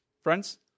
Friends